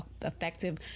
effective